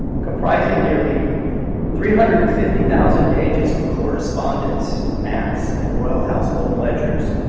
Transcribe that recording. comprising nearly three hundred and fifty thousand pages of correspondents, maps, and royal household ledgers,